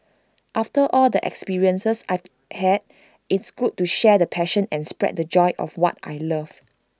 after all the experiences I've had it's good to share the passion and spread the joy of what I love